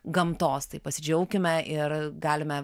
gamtos tai pasidžiaukime ir galime